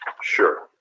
Sure